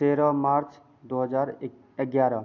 तेरह मार्च दो हज़ार ग्यारह